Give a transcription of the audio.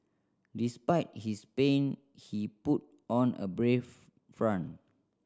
despite his pain he put on a brave front